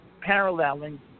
paralleling